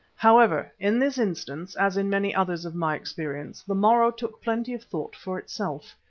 however, in this instance, as in many others of my experience, the morrow took plenty of thought for itself.